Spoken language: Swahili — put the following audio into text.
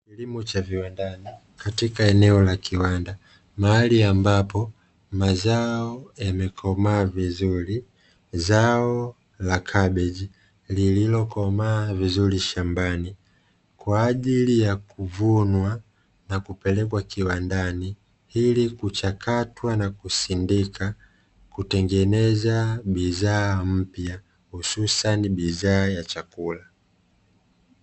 Kilimo cha viwandani katika eneo la kiwanda, mahali ambapo mazao yamekomaa vizuri, zao la kabichi lililokomaa vizuri shambani kwa ajili ya kuvunwa na kupelekwa kiwandani ili kuchakatwa na kusindika kutengeneza bidhaa mpya hususani bidhaa ya chakula.